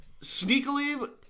sneakily